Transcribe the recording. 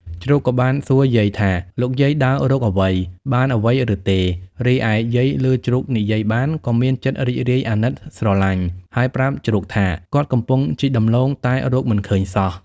ជ្រូកក៏បានសួរយាយថា លោកយាយដើររកអ្វី? បានអ្វីឬទេ? រីឯយាយលឺជ្រូកនិយាយបាន ក៏មានចិត្តរីករាយអាណិតស្រលាញ់ ហើយប្រាប់ជ្រូកថា គាត់កំពុងជីកដំឡូងតែរកមិនឃើញសោះ។